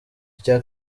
icya